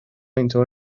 اینطور